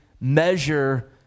measure